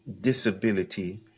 disability